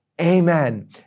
Amen